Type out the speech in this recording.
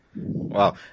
Wow